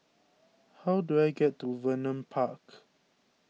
how do I get to Vernon Park